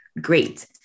great